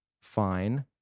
fine